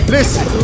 Listen